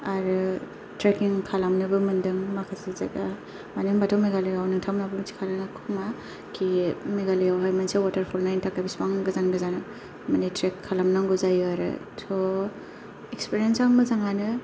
आरो ट्रेकिं खालामनोबो मोनदों माखासे जायगा मानो होनबाथ' मेघालयायाव नोंथांमोनाबो मिन्थिखायो खोमा कि मेघालयायावहाय मोनसे वाटोरफल नायनो थाखाय बिसिबां गोजान गोजान माने ट्रेक खालामनांगौ जायो आरो थ' एक्सपिरियेन्सा मोजाङानो